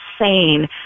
insane